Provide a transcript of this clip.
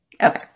okay